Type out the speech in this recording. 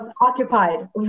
occupied